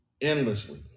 endlessly